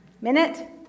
Minute